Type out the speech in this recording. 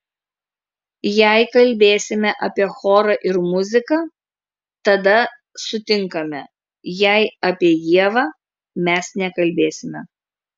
jei kalbėsime apie chorą ir muziką tada sutinkame jei apie ievą mes nekalbėsime